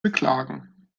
beklagen